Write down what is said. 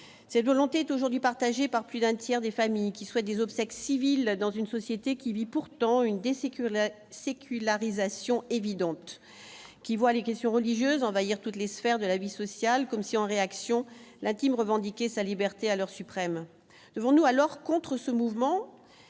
de volonté est aujourd'hui partagé par plus d'un tiers des familles qui souhaitent des obsèques civiles dans une société qui vit pourtant une des, c'est que la sécularisation évidente qui voit les questions religieuses envahir toutes les sphères de la vie sociale, comme si, en réaction, la Team revendiquer sa liberté alors suprême, devons-nous alors contre ce mouvement